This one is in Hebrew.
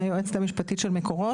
היועצת המשפטית של "מקורות".